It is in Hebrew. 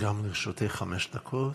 גם לרשותך חמש דקות.